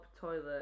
toilet